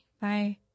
bye